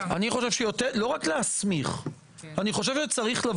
אני חושב שלא רק להסמיך, אלא לומר